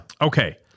Okay